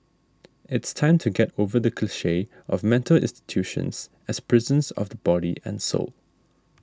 it's time to get over the cliche of mental institutions as prisons of body and soul